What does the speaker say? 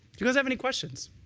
do you guys have many questions?